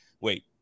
wait